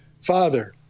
father